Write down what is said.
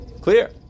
Clear